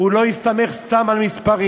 גם בקדנציות